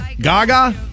Gaga